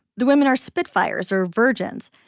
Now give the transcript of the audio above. the women are spitfires or virgins.